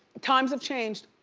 times have changed.